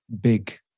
big